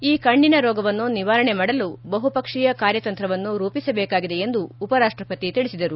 ಈ ಕಣ್ಣಿನ ರೋಗವನ್ನು ನಿವಾರಣೆ ಮಾಡಲು ಬಹುಪಕ್ಷೀಯ ಕಾರ್ಯತಂತ್ರವನ್ನು ರೂಪಿಸಬೇಕಾಗಿದೆ ಎಂದು ಉಪರಾಷ್ಷಪತಿ ತಿಳಿಸಿದರು